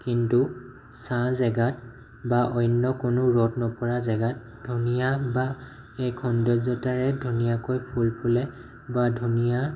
কিন্তু ছাঁ জেগাত বা অন্য কোনো ৰ'দ নপৰা জেগাত ধনিয়া বা ধুনীয়াকৈ ফুল ফুলে বা ধুনীয়া